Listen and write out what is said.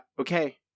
Okay